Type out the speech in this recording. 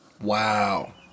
Wow